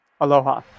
Aloha